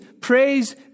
praise